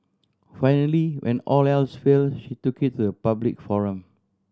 finally when all else failed she took it to the public forum